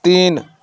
تین